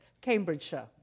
Cambridgeshire